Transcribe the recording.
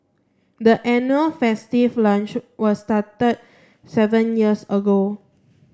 the annual festive lunch was started seven years ago